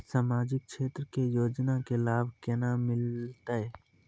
समाजिक क्षेत्र के योजना के लाभ केना मिलतै?